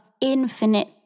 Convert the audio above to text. infinite